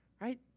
right